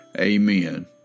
Amen